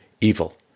evil